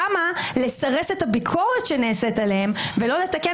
למה לסרס את הביקורת שנעשית עליהם ולא לתקן